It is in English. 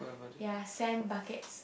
ya same buckets